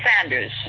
Sanders